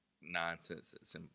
nonsense